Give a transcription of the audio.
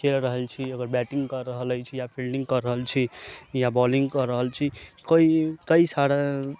खेल रहल छी अगर बैटिंग कर रहल होइ छी या फील्डिंग कऽ रहल छी या बाल्लिंग कऽ रहल छी कइ सारा